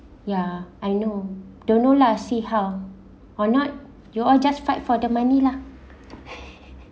ya I know don't know lah see how or not you all just fight for the money lah